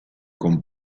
con